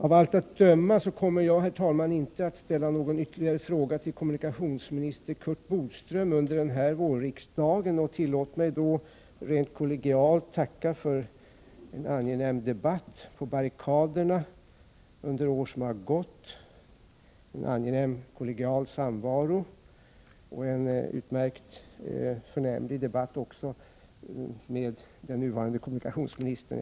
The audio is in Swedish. Av allt att döma kommer jag, herr talman, inte att ställa någon ytterligare fråga till kommunikationsminister Curt Boström under denna vårriksdag. Tillåt mig därför rent kollegialt tacka för en angenäm debatt på barrikaderna under år som gått, en angenäm kollegial samvaro och en utmärkt förnämlig debatt också med den nuvarande kommunikationsministern.